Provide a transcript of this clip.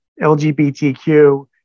lgbtq